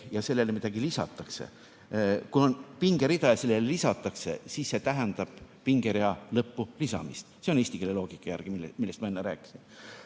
ja sellele midagi lisatakse, kui on pingerida ja sellele lisatakse, siis see tähendab pingerea lõppu lisamist. See on eesti keele loogika järgi, millest ma enne rääkisin. Mis